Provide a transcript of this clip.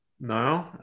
No